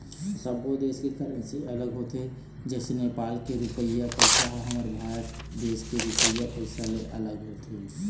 सब्बो देस के करेंसी अलग होथे जइसे नेपाल के रुपइया पइसा ह हमर भारत देश के रुपिया पइसा ले अलग होथे